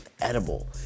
edible